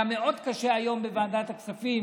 היה מאוד קשה היום בוועדת הכספים